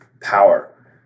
power